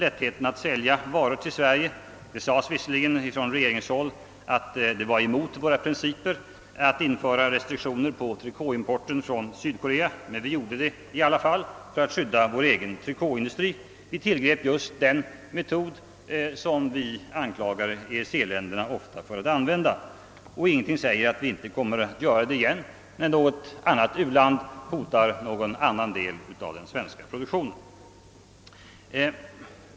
Det sades visserligen från regeringshåll att det var emot våra principer att införa restriktioner för trikåimporten från Sydkorea, men vi gjorde det i alla fall för att skydda vår egen trikåindustri. Vi tillgrep just den metod som vi ofta anklagar EEC-länderna för att använda. Ingenting säger att vi inte kommer att göra det igen, när något annat u-land hotar någon annan del av den svenska produktionen.